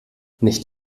nicht